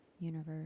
universe